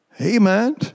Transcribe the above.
Amen